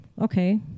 Okay